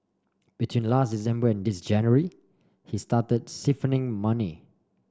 between last December and this January he started siphoning money